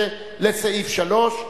15, לסעיף 3,